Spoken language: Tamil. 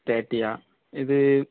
தேர்ட்டியா இது